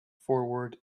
forward